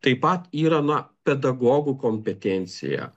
taip pat yra na pedagogų kompetencija